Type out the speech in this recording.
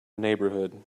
neighborhood